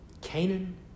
Canaan